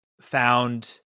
found